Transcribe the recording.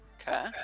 Okay